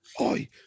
oi